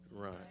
Right